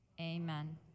amen